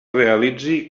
realitzi